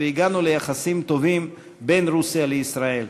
והגענו ליחסים טובים בין רוסיה לישראל.